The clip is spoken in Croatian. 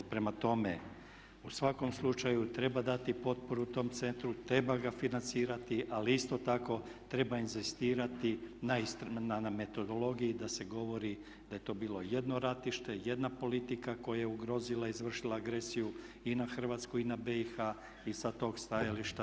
Prema tome u svakom slučaju treba dati potporu tom centru, treba ga financirati ali isto tako treba inzistirati na metodologiji da se govori da je to bilo jedno ratište, jedna politika koja je ugrozila i izvršila agresiju i na Hrvatsku i na BiH i sa tog stajališta